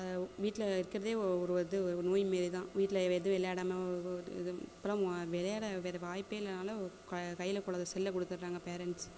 வீட்டில் இருக்கிறதே ஒரு இது ஒரு நோய் மாரி தான் வீட்டில் வேறே எதுவும் விளையாடாமல் இது இப்போல்லாம் விளையாட வேறே வாய்ப்பே இல்லைன்னாலும் க கையில் கொண்டு வந்து செல்லை கொடுத்துட்றாங்க பேரெண்ட்ஸ்